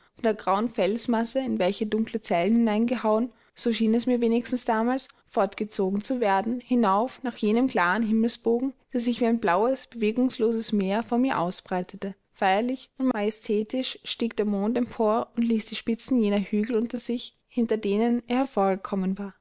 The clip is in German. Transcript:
der grauen felsmasse in welche dunkle zellen hineingehauen so schien es mir wenigstens damals fortgezogen zu werden hinauf nach jenem klaren himmelsbogen der sich wie ein blaues bewegungsloses meer vor mir ausbreitete feierlich und majestätisch stieg der mond empor und ließ die spitzen jener hügel unter sich hinter denen er hervorgekommen war